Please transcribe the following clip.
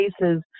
cases